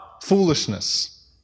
foolishness